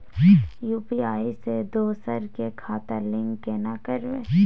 UPI से दोसर के खाता लिंक केना करबे?